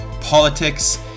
politics